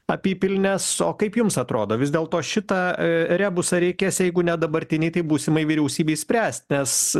apypilnės o kaip jums atrodo vis dėl to šitą rebusą reikės jeigu ne dabartinei tai būsimai vyriausybei spręst nes